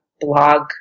blog